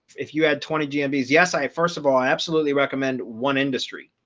if you had twenty gm bees, yes, i first of all i absolutely recommend one industry,